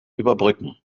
überbrücken